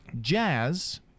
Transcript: jazz